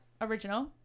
original